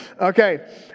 Okay